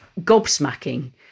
gobsmacking